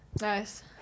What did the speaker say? Nice